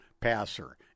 passer